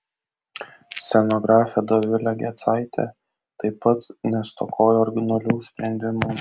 scenografė dovilė gecaitė taip pat nestokojo originalių sprendimų